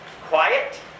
Quiet